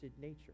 nature